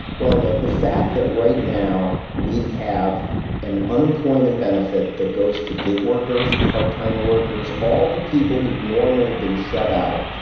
well, look, the fact that right now we have an unemployment benefit that goes to gig workers, part time workers, all the people who've normally been shut out,